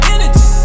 Energy